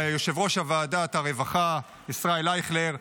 ליושב-ראש ועדת הרווחה ישראל אייכלר,